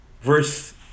verse